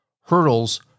hurdles